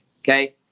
okay